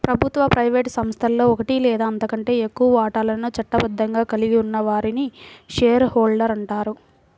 ప్రభుత్వ, ప్రైవేట్ సంస్థలో ఒకటి లేదా అంతకంటే ఎక్కువ వాటాలను చట్టబద్ధంగా కలిగి ఉన్న వారిని షేర్ హోల్డర్ అంటారు